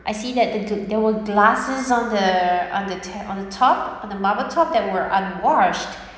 I see that there there there was glasses on the on the tap~ on the top on the marble top that were unwashed